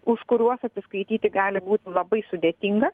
už kuriuos atsiskaityti gali būti labai sudėtinga